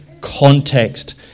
context